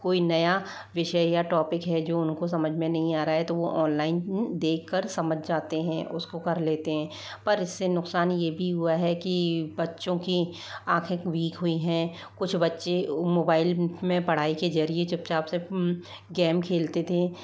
कोई नया विषय या टॉपिक है जो उनको समझ में नहीं आ रहा है तो ऑनलाइन देखकर समझ जाते हैं उसको कर लेते हैं पर इससे नुकसान ये भी हुआ है कि बच्चों की आखें वीक हुई हैं कुछ बच्चे मोबाइल में पढ़ाई के जरिए चुपचाप से गेम खेलते थे